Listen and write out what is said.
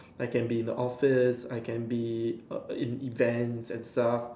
I can be in the office I can be err in events and stuff